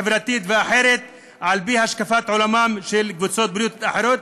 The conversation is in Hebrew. חברתית ואחרת על-פי השקפת עולמן של קבוצות אחרות,